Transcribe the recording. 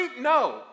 No